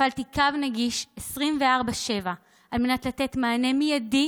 הפעלתי קו נגיש 24/7 על מנת לתת מענה מיידי